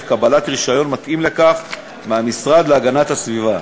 קבלת רישיון מתאים לכך מהמשרד להגנת הסביבה.